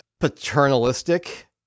paternalistic